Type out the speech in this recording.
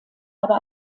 aber